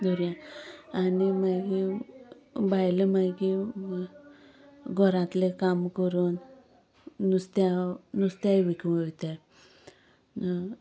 दर्यां आनी मागीर बायलो मागीर घरांतलें काम करून नुस्त्या नुस्त्याक विकूं वयताय